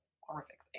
horrific